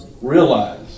realize